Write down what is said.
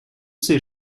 ces